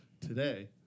today